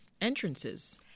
entrances